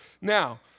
Now